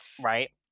Right